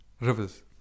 rivers